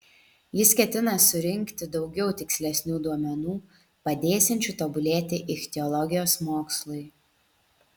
jis ketina surinkti daugiau tikslesnių duomenų padėsiančių tobulėti ichtiologijos mokslui